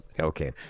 okay